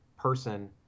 person